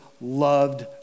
loved